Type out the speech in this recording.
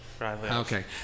Okay